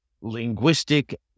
linguistic